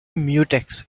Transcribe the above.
mutex